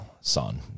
son